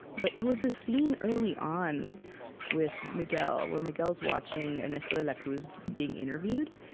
but it was this scene early on with miguel, where miguel's watching ernesto de la cruz being interviewed.